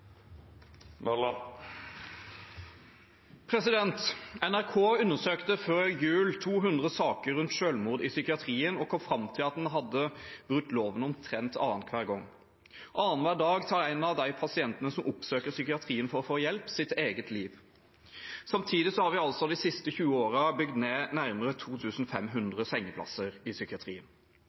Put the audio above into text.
NRK undersøkte før jul 200 saker rundt selvmord i psykiatrien og kom fram til at en hadde brutt loven omtrent annenhver gang. Annenhver dag tar en av de pasientene som oppsøker psykiatrien for å få hjelp, sitt eget liv. Samtidig har vi de siste 20 årene bygd ned nærmere 2 500 sengeplasser i psykiatrien.